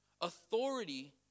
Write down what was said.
Authority